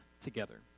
together